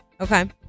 Okay